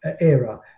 era